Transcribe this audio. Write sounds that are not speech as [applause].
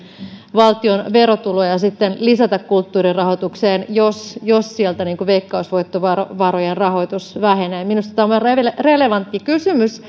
valtion verotuloja sitten lisätä kulttuurin rahoitukseen jos jos sieltä veikkausvoittovarojen rahoitus vähenee minusta tämä on relevantti kysymys [unintelligible]